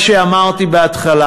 מה שאמרתי בהתחלה,